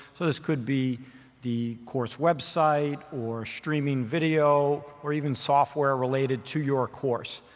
so this could be the course website or streaming video or even software related to your course.